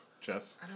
Chess